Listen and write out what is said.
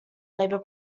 labour